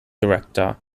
director